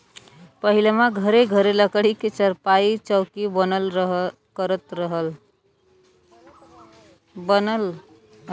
पहिलवां घरे घरे लकड़ी क चारपाई, चौकी बनल करत रहल